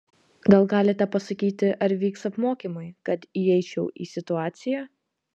gal galite pasakyti ar vyks apmokymai kad įeičiau į situaciją